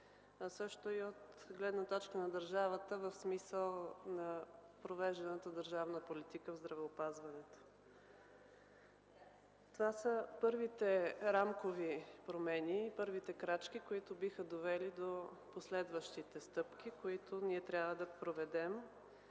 също и от гледна точка на държавата, в смисъл на провежданата държавна политика в здравеопазването. Това са първите рамкови промени, първите крачки, които биха довели до последващите стъпки, които ние трябва да проведем,